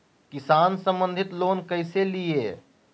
किसान संबंधित लोन कैसै लिये?